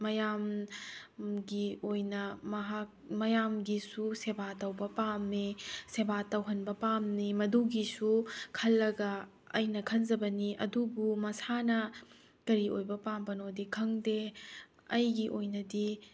ꯃꯌꯥꯝ ꯒꯤ ꯑꯣꯏꯅ ꯃꯍꯥꯛ ꯃꯌꯥꯝꯒꯤꯁꯨ ꯁꯦꯕꯥ ꯇꯧꯕ ꯄꯥꯝꯃꯦ ꯁꯦꯕꯥ ꯇꯧꯍꯟꯕ ꯄꯥꯝꯅꯤ ꯃꯗꯨꯒꯤꯁꯨ ꯈꯜꯂꯒ ꯑꯩꯅ ꯈꯟꯖꯕꯅꯤ ꯑꯗꯨꯕꯨ ꯃꯁꯥꯅ ꯀꯔꯤ ꯑꯣꯏꯕ ꯄꯥꯝꯕꯅꯣꯗꯤ ꯈꯪꯗꯦ ꯑꯩꯒꯤ ꯑꯣꯏꯅꯗꯤ